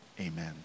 Amen